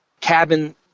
cabin